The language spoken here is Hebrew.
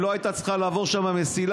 אם לא הייתה צריכה לעבור שם מסילה,